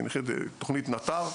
תוכנית נט"ר.